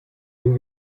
den